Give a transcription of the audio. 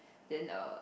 then err